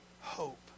hope